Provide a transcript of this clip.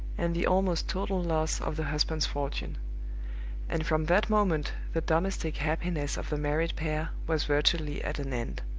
and the almost total loss of the husband's fortune and from that moment the domestic happiness of the married pair was virtually at an end.